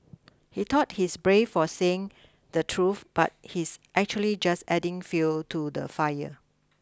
he thought he's brave for saying the truth but he's actually just adding fuel to the fire